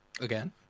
Again